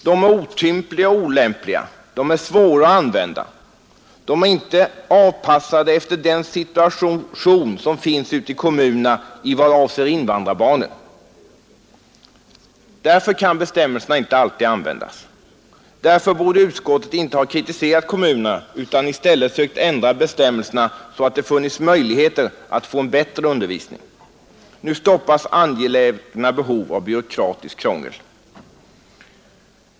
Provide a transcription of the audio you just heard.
De är otympliga, olämpliga och svåra att använda. De är inte avpassade efter den situation som råder ute i kommunerna vad avser invandrarbarnen. Därför kan bestämmelserna inte alltid användas. Utskottet borde alltså inte ha kritiserat kommunerna utan i stället sökt ändra bestämmelserna så att det funnits möjligheter att få till stånd en bättre undervisning. Nu stoppas angelägna behov av byråkratiskt krångel.